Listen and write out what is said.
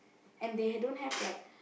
and they have don't have like